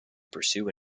pursue